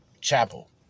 chapel